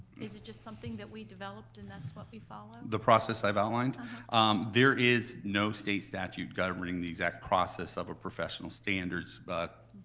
is it just something that we developed and that's what we follow? the process i've outlined? there is no state statute governing the exact process of a professional standards, but